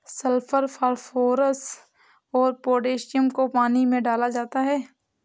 sulphur phosphorus और potassium को पानी में डाला जाता है